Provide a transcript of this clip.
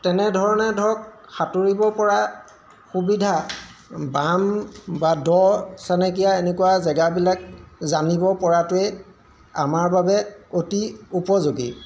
তেনেধৰণে ধৰক সাঁতুৰিব পৰা সুবিধা বাম বা দ চেনেকীয়া এনেকুৱা জেগাবিলাক জানিব পৰাটোৱেই আমাৰ বাবে অতি উপযোগী